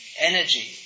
Energy